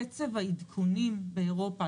קצב העדכונים באירופה,